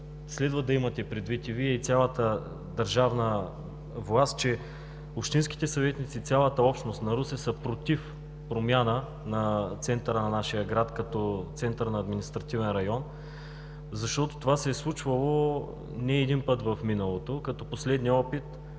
следва да имате предвид Вие и цялата държавна власт, че общинските съветници и цялата общност на Русе са против промяната на нашия град като център на административен район. Това се е случвало неведнъж в миналото. Последният опит